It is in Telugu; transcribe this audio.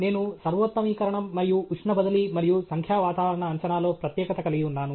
నేను సర్వోత్తమీకరణం మరియు ఉష్ణ బదిలీ మరియు సంఖ్యా వాతావరణ అంచనాలో ప్రత్యేకత కలిగి ఉన్నాను